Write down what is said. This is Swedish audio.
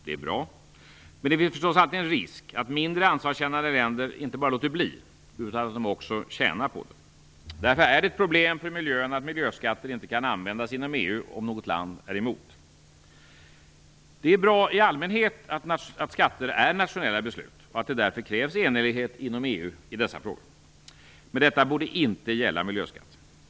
Det är bra, men det finns förstås alltid en risk att mindre ansvarskännande länder inte bara låter bli utan också tjänar på det. Därför är det ett problem för miljön att miljöskatter inte kan användas inom EU om något land är emot. Det är bra i allmänhet att skatter är nationella beslut och att det därför krävs enhällighet inom EU i dessa frågor. Men detta borde inte gälla miljöskatter.